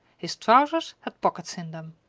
his trousers had pockets in them.